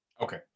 Okay